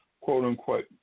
quote-unquote